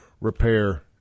repair